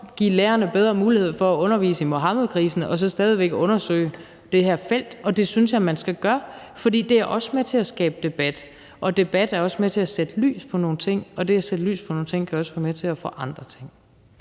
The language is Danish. give lærerne bedre mulighed for at undervise i Muhammedkrisen og så stadig væk undersøge det her felt. Og det synes jeg man skal gøre, for det er også med til at skabe debat, og debat er også med til at sætte lys på nogle ting, og det at sætte lys på nogle ting kan også være med til at forandre ting.